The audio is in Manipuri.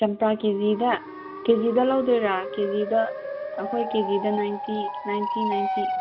ꯆꯝꯄ꯭ꯔꯥ ꯀꯦꯖꯤꯗ ꯀꯦꯖꯤꯗ ꯂꯧꯗꯣꯏꯔꯥ ꯀꯦꯖꯤꯗ ꯑꯩꯈꯣꯏ ꯀꯦꯖꯤꯗ ꯅꯥꯏꯟꯇꯤ ꯅꯥꯏꯟꯇꯤ ꯅꯥꯏꯟꯇꯤ